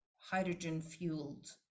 hydrogen-fueled